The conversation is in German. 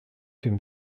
dem